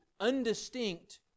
undistinct